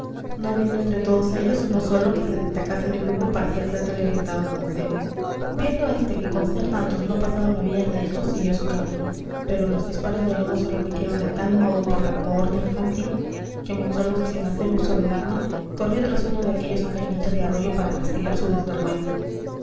no habiendo entre todos ellos uno solo que se destacase del grupo para hacer frente al irritado mancebo viendo este que con ser tantos no pasaban a vías de hecho siguió su camino pero los disparos de lodo se repitieron de tal modo por la cohorte infantil que monsalud sin hacer uso del arma corrió tras uno de aquellos angelitos de arroyo para castigar su desvergüenza